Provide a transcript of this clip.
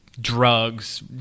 drugs